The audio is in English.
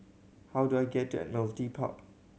how do I get to Admiralty Park